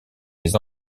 les